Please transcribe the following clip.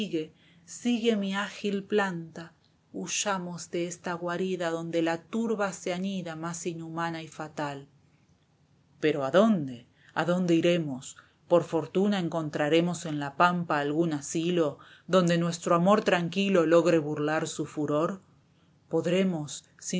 sigue mi ágil planta huyamos de esta guarida donde la turba se anida más inhumana y fatal pero adonde adonde iremos por fortuna encontraremos en la pampa algún asilo donde nuestro amor tranquilo logre burlar su furor podremos